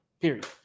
period